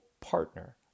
partner